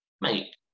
mate